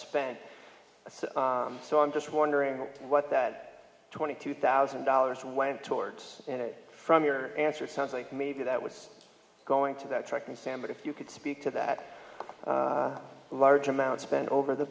spent so i'm just wondering what that twenty two thousand dollars went towards and it from your answer sounds like maybe that was going to that track me sam but if you could speak to that large amount spent over the